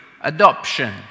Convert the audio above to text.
Adoption